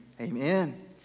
Amen